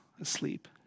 asleep